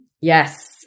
Yes